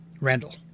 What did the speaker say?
Randall